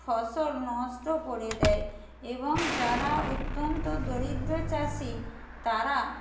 ফসল নষ্ট করে দেয় এবং যারা অত্যন্ত দরিদ্র চাষি তারা